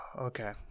Okay